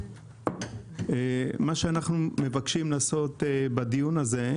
מה שאנחנו מבקשים לעשות בדיון הזה,